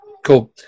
Cool